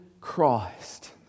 Christ